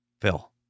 Phil